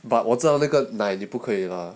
but 我知道那个奶你不可以 lah